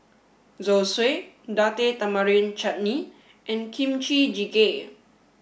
Zosui Date Tamarind Chutney and Kimchi Jjigae